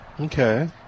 Okay